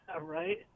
Right